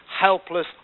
helpless